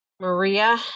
Maria